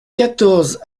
quatorze